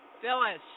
Phyllis